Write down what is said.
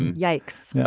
and yikes. yeah